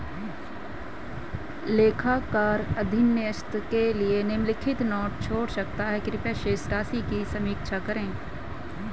लेखाकार अधीनस्थ के लिए निम्नलिखित नोट छोड़ सकता है कृपया शेष राशि की समीक्षा करें